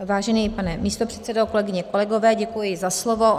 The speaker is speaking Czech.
Vážený pane místopředsedo, kolegyně, kolegové, děkuji za slovo.